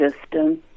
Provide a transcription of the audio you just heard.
system